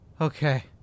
Okay